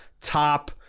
top